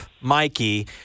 Mikey